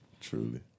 Truly